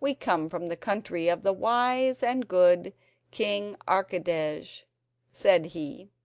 we come from the country of the wise and good king archidej said he,